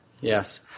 Yes